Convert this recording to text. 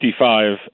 55